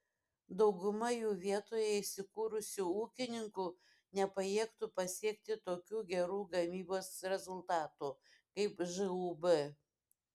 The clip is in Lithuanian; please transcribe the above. dauguma jų vietoje įsikūrusių ūkininkų nepajėgtų pasiekti tokių gerų gamybos rezultatų kaip žūb